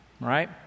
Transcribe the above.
Right